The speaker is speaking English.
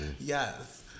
Yes